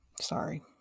sorry